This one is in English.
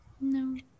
No